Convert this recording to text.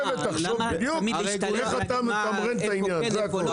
למה תמיד להשתלט איפה כן ואיפה לא?